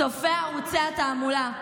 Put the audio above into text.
צופי ערוצי התעמולה,